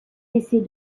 laisser